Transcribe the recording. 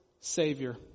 Savior